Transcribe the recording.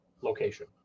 location